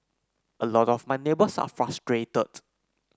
a lot of my neighbours are frustrated